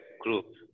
group